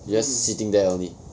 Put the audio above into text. you just sitting there only